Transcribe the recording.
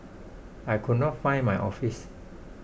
I could not find my office